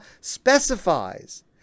specifies